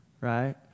right